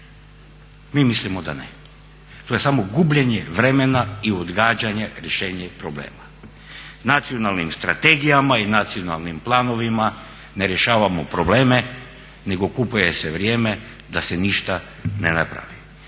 Mi mislimo da ne, to je samo gubljenje vremena i odgađanje rješenja problema. S nacionalnim strategijama i nacionalnim planovima ne rješavamo probleme nego kupuje se vrijeme da se ništa ne napravi.